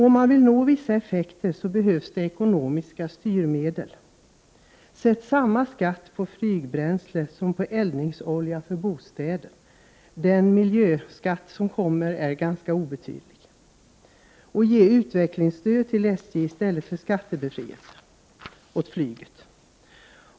Om man vill uppnå effekter, behövs det ekonomiska styrmedel. Låt det exempelvis vara samma skatt på flygbränsle som på eldningsolja för bostäder! Den miljöskatt som kommer är ganska obetydlig. Ge SJ utvecklingsstöd och låt bli att ge flyget skattebefrielse.